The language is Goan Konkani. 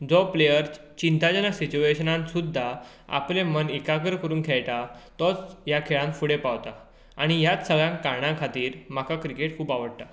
जो प्लेयर चिंताजनक सिचुएशनान सुद्दां आपलें मन एकाग्र करून खेळटा तोच ह्या खेळांत फुडें पावता आनी ह्याच सगळ्यां कारणां खातीर म्हाका क्रिकेट खूब आवडटा